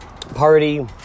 party